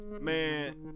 Man